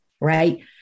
right